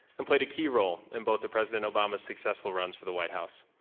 and played a key role in both of president obama's successful runs for the white house.